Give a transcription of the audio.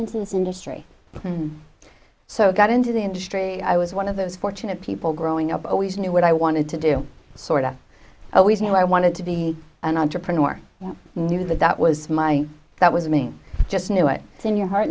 into this industry so got into the industry i was one of those fortunate people growing up i always knew what i wanted to do sort of i always knew i wanted to be an entrepreneur knew that that was my that was me just knew it in your heart